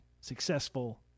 successful